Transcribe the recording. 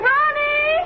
Ronnie